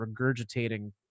regurgitating